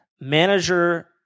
manager